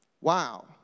Wow